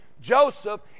Joseph